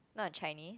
not Chinese